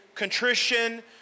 Contrition